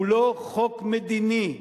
הוא לא חוק מדיני,